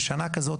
בשנה כזאת,